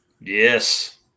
Yes